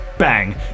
bang